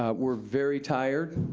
ah we're very tired.